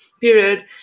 period